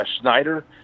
Schneider